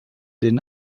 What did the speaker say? den